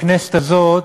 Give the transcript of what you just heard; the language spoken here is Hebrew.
בכנסת הזאת,